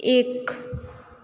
एक